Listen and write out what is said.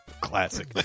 Classic